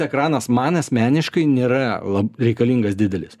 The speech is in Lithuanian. ekranas man asmeniškai nėra lab reikalingas didelis